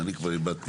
אני כבר איבדתי.